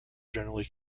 generally